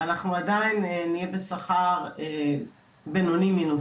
אנחנו עדיין נהיה בשכר בינוני מינוס.